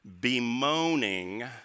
bemoaning